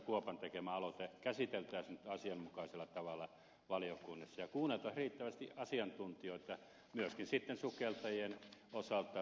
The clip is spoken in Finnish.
kuopan tekemä aloite käsitel täisiin nyt asianmukaisella tavalla valiokunnissa ja kuunneltaisiin riittävästi asiantuntijoita myöskin sitten sukeltajien osalta